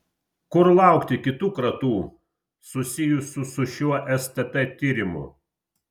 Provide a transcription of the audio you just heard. kur laukti kitų kratų susijusių su šiuo stt tyrimu